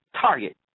target